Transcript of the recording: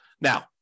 Now